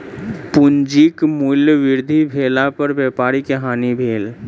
पूंजीक मूल्य वृद्धि भेला पर व्यापारी के हानि भेल